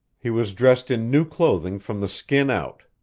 he was dressed in new clothing from the skin out.